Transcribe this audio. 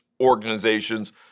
organizations